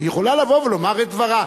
היא יכולה לבוא ולומר את דברה.